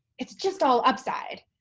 it's just all upside,